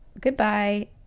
goodbye